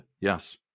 Yes